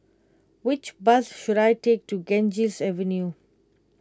which bus should I take to Ganges Avenue